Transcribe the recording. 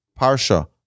Parsha